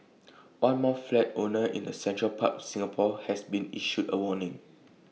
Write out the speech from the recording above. one more flat owner in the central part of Singapore has been issued A warning